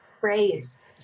phrase